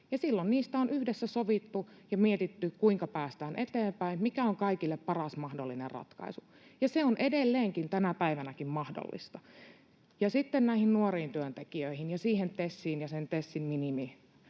silloin niistä on yhdessä sovittu ja mietitty, kuinka päästään eteenpäin, mikä on kaikille paras mahdollinen ratkaisu, ja se on edelleenkin, tänä päivänäkin, mahdollista. Ja sitten näihin nuoriin työntekijöihin ja siihen TESiin ja sen TESin minimiturvaan: